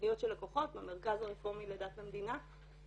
פניות של לקוחות למרכז הרפורמי לדת ומדינה,